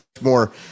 more